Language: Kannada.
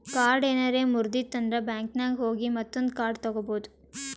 ಕಾರ್ಡ್ ಏನಾರೆ ಮುರ್ದಿತ್ತಂದ್ರ ಬ್ಯಾಂಕಿನಾಗ್ ಹೋಗಿ ಮತ್ತೊಂದು ಕಾರ್ಡ್ ತಗೋಬೋದ್